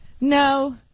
No